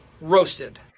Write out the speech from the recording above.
Roasted